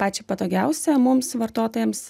pačią patogiausią mums vartotojams